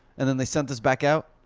and then they sent us back out?